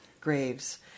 graves